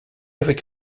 avec